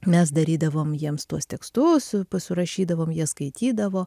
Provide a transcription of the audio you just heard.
mes darydavom jiems tuos tekstus surašydavom jie skaitydavo